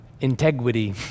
integrity